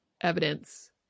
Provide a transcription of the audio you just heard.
evidence